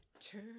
turn